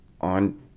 on